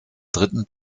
dritten